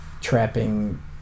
trapping